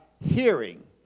hearing